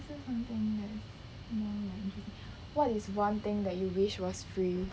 say something that what is one thing that you wish was free